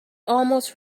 almost